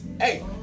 hey